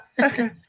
Okay